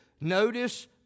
Notice